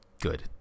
good